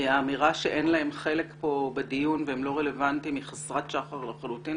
האמירה שאין להם חלק כאן בדיון והם לא רלוונטיים היא חסרת שחר לחלוטין.